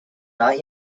not